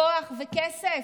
כוח וכסף?